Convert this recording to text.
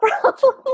problem